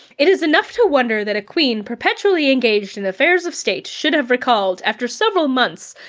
it is enough to wonder that a queen, perpetually engaged in the affairs of states should have recalled after several months,